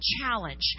challenge